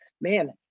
man